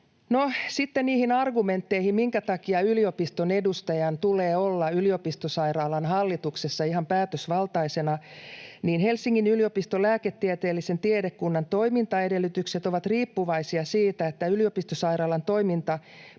sitten niihin argumentteihin, minkä takia yliopiston edustajan tulee olla yliopistosairaalan hallituksessa ihan päätösvaltaisena: Helsingin yliopiston lääketieteellisen tiedekunnan toimintaedellytykset ovat riippuvaisia siitä, että yliopistosairaalan toiminta